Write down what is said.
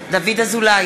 אז על-פי